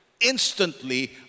instantly